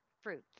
fruits